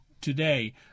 today